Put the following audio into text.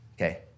okay